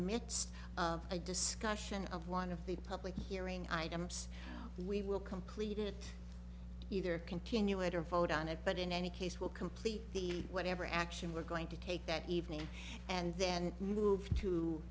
midst of a discussion of one of the public hearing items we will complete it either continue it or vote on it but in any case will complete the whatever action we're going to take that evening and then move to